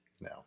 No